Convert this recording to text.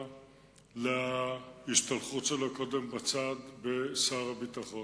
על ההשתלחות שלו קודם בצד בשר הביטחון.